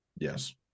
yes